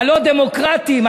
הלא-דמוקרטים.